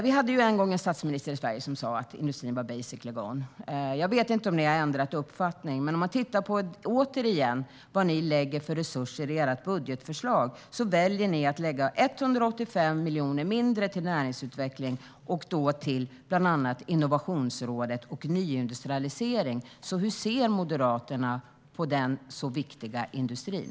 Vi hade en gång en statsminister i Sverige som sa att industrin var "basically gone". Jag vet inte om ni har ändrat uppfattning, men om man återigen tittar på vad ni lägger för resurser i ert budgetförslag ser man att ni väljer att lägga 185 miljoner mindre till näringslivsutveckling. Det handlar bland annat om Innovationsrådet och nyindustrialisering. Hur ser Moderaterna på den så viktiga industrin?